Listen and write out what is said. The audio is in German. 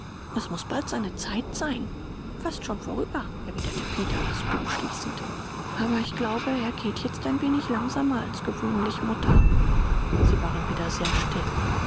es muß bald seine zeit sein fast schon vorüber erwiderte peter das buch schließend aber ich glaube er geht jetzt ein wenig langsamer als gewöhnlich mutter sie waren wieder sehr still